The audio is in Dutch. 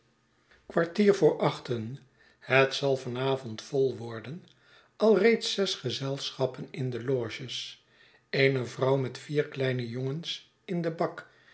kwartier voor achten het zal van avond vol worden al reeds zes gezelschappen in de loges eene vrouw met vier kleine jongens in den bak